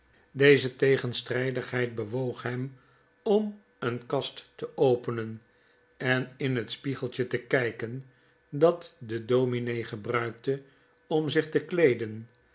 deze tegenstrijdigheid bewoog hem om een kast te openen en in het spiegeltje te kijken dat de dominee gebruikte om zich te kleeden